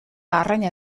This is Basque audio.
arraina